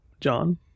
John